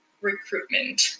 recruitment